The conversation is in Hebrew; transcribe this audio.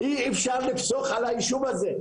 אי אפשר לפסוח על היישוב הזה,